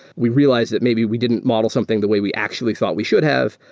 we realize that maybe we didn't model something the way we actually thought we should have.